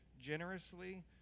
generously